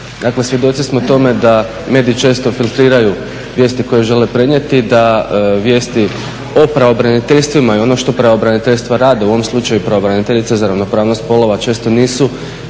Dakle, svjedoci smo tome da mediji često filtriraju vijesti koje žele prenijeti, da vijesti o pravobraniteljstvima i ono što pravobraniteljstva rade, u ovom slučaju pravobraniteljica za ravnopravnost spolova često nisu